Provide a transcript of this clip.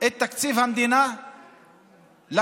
את תקציב המדינה לקואליציה?